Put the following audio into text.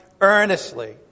earnestly